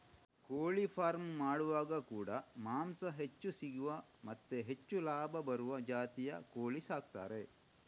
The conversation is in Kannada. ಕೋಳಿ ಫಾರ್ಮ್ ಮಾಡುವಾಗ ಕೂಡಾ ಮಾಂಸ ಹೆಚ್ಚು ಸಿಗುವ ಮತ್ತೆ ಹೆಚ್ಚು ಲಾಭ ಬರುವ ಜಾತಿಯ ಕೋಳಿ ಸಾಕ್ತಾರೆ